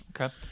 Okay